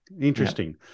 interesting